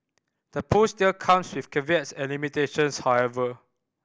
the push still comes with caveats and limitations however